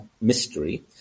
Mystery